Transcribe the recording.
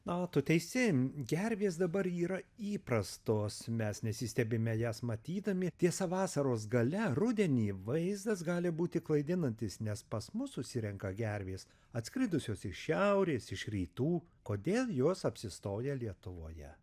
a tu teisi gervės dabar yra įprastos mes nesistebime jas matydami tiesa vasaros gale rudenį vaizdas gali būti klaidinantis nes pas mus susirenka gervės atskridusios iš šiaurės iš rytų kodėl jos apsistoja lietuvoje